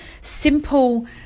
simple